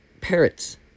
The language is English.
Parrots